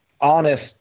honest